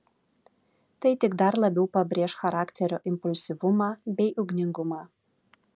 tai tik dar labiau pabrėš charakterio impulsyvumą bei ugningumą